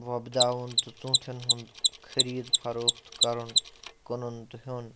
وۄبداوُن تہٕ ژوٗنٛٹھٮ۪ن ہُنٛد خٔریٖد فَروختہٕ کَرُن کٕنُن تہٕ ہیوٚن